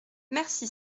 merci